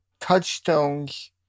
touchstones